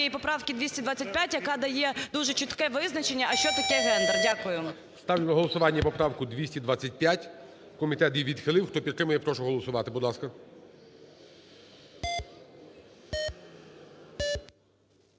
поправки 225, яка дає дуже чітке визначення, а що таке гендер. Дякую. ГОЛОВУЮЧИЙ. Ставлю на голосування поправку 225. Комітет її відхилив. Хто підтримує, прошу голосувати. Будь ласка.